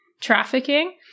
trafficking